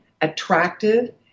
attractive